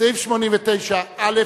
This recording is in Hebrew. סעיף 89(א):